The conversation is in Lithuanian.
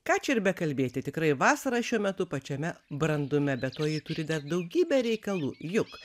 ką čia ir bekalbėti tikrai vasara šiuo metu pačiame brandume be to ji turi dar daugybę reikalų juk